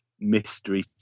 mystery